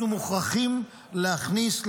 אנחנו מוכרחים להכניס,